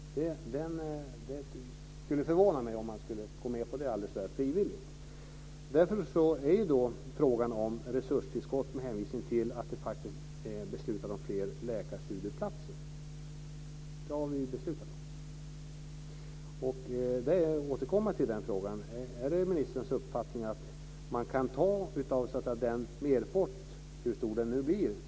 Det skulle förvåna mig om man skulle gå med på det alldeles frivilligt. Därför återkommer jag till frågan om resurstillskott med hänvisning till att det faktiskt är beslutat om fler läkarstudieplatser. Är det ministerns uppfattning att man kan ta av den här, så att säga, merpotten hur stor den nu blir?